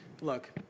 Look